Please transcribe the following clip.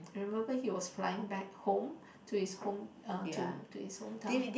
remember he was flying back home to his home uh to to his hometown